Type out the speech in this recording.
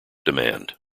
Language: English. demand